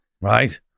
right